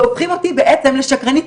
והופכים אותי בעצם לשקרנית,